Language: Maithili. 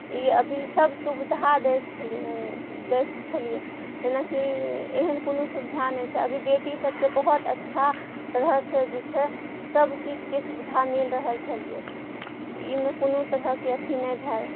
ई अभी सब सुविधा दै छलियै दै छलियै जेनाकि एहन कोनो सुविधा नहि छै अभी बेटी सबके बहुत अच्छा तरहसँ जे छै सब चीजके सुविधा मिल रहल छलियै ई मे कोनो तरहके अथी नहि भए